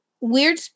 weird